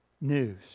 news